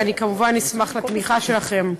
ואני כמובן אשמח על התמיכה שלכם.